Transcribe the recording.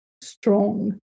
strong